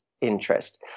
interest